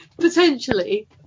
potentially